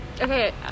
okay